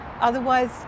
Otherwise